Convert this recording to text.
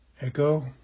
Echo